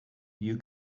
you